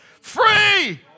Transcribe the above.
Free